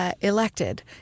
elected